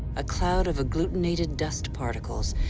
a cloud of agglutinated dust particles,